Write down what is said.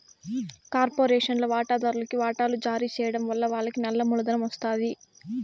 కార్పొరేషన్ల వాటాదార్లుకి వాటలు జారీ చేయడం వలన వాళ్లకి నల్ల మూలధనం ఒస్తాది